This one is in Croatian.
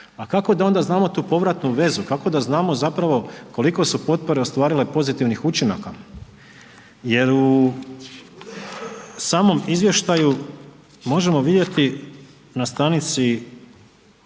a kako da onda znamo tu povratnu vezu, kako da znamo koliko su potpore ostvarile pozitivnih učinaka. Jer u samom izvještaju možemo vidjeti na stranici